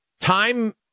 Time